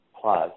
plus